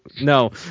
No